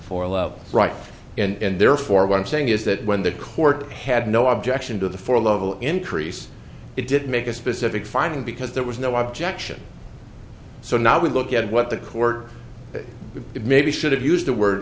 for love right and therefore what i'm saying is that when the court had no objection to the four level increase it did make a specific finding because there was no objection so now we look at what the court did maybe should have used the word